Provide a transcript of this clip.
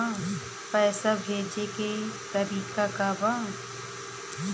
पैसा भेजे के तरीका का बा?